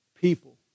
people